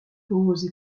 pause